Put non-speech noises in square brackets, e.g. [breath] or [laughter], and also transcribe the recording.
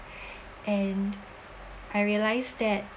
[breath] and I realised that